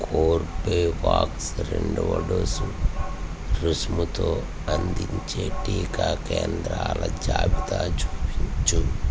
Corbevax రెండవ dose రుసుముతో అందించే టికా కేంద్రాల జాబితా చూపించు